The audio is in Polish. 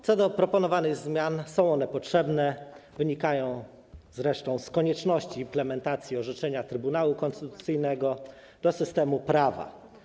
Co do proponowanych zmian, są one potrzebne, wynikają zresztą z konieczności implementacji orzeczenia Trybunału Konstytucyjnego do systemu prawa.